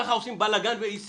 ככה עושים בלגן ואי סדר,